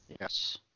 yes